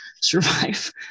survive